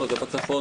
זה רק בצפון.